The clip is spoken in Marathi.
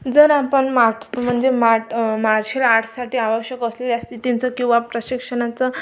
जर आपण मार्टस् म्हणजे मार्ट मार्शल आर्ट्ससाठी आवश्यक असलेली किंवा प्रशिक्षणाचं